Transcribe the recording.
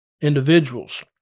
individuals